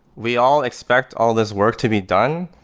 we all expect all this work to be done,